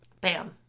Bam